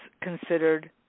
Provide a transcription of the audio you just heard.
considered